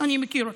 אני מכיר אותו.